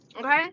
okay